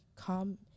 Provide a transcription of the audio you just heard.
come